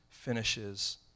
finishes